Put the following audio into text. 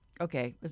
Okay